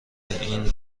این